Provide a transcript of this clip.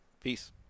Peace